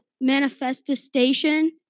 manifestation